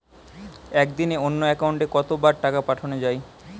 একদিনে অন্য একাউন্টে কত বার টাকা পাঠানো য়ায়?